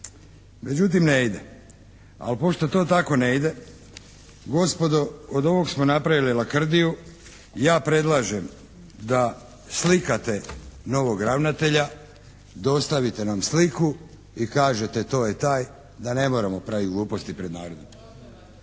međutim ne ide, ali pošto to tako ne ide gospodo od ovog samo napravili lakrdiju, ja predlažem da slikate novog ravnatelja, dostavite nam sliku i kažete to je taj, da ne moramo praviti gluposti pred narodom.